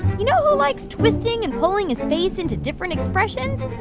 you know who likes twisting and pulling his face into different expressions?